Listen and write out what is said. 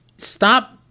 Stop